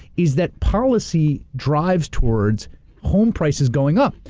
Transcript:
is that policy drives towards home prices going up.